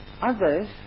others